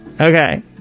Okay